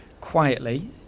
quietly